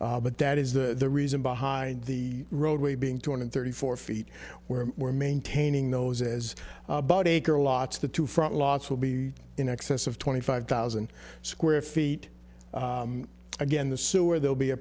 but that is the reason behind the roadway being two hundred thirty four feet where we're maintaining those as about acre lots the two front lots will be in excess of twenty five thousand square feet again the sewer they'll be a